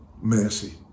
mercy